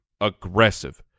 aggressive